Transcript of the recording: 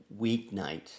weeknight